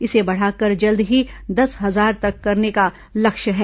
इसे बढ़ाकर जल्द ही दस हजार तक करने का लक्ष्य है